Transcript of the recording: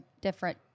different